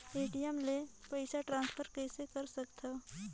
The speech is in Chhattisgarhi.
ए.टी.एम ले पईसा ट्रांसफर कइसे कर सकथव?